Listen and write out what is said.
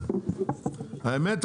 האמת,